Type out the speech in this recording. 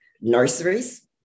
nurseries